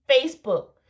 Facebook